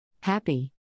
Happy